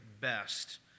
best